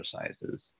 exercises